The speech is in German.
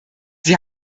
sie